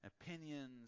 opinions